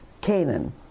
Canaan